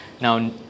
Now